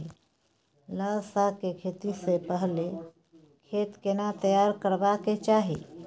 लाल साग के खेती स पहिले खेत केना तैयार करबा के चाही?